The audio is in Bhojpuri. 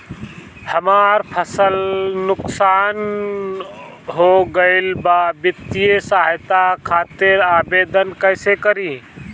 हमार फसल नुकसान हो गईल बा वित्तिय सहायता खातिर आवेदन कइसे करी?